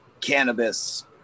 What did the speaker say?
cannabis